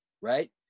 right